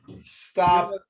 Stop